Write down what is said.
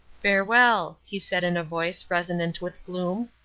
farewell, he said, in a voice resonant with gloom.